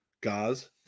Gaz